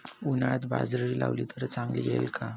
उन्हाळ्यात बाजरी लावली तर चांगली येईल का?